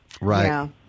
Right